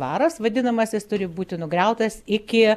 dvaras vadinamas jis turi būti nugriautas iki